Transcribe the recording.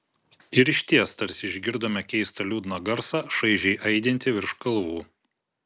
ir išties tarsi išgirdome keistą liūdną garsą šaižiai aidintį virš kalvų